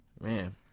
man